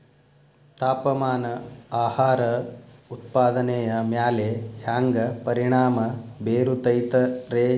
ತಾಪಮಾನ ಆಹಾರ ಉತ್ಪಾದನೆಯ ಮ್ಯಾಲೆ ಹ್ಯಾಂಗ ಪರಿಣಾಮ ಬೇರುತೈತ ರೇ?